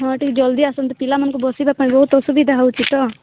ହଁ ଟିକେ ଜଲ୍ଦି ଆସନ୍ତୁ ପିଲାମାନଙ୍କୁ ବସିବା ପାଇଁ ବହୁତ ଅସୁବିଧା ହେଉଛି ତ